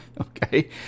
Okay